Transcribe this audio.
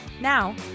Now